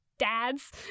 dads